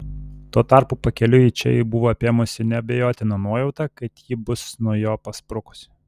tuo tarpu pakeliui į čia jį buvo apėmusi neabejotina nuojauta kad ji bus nuo jo pasprukusi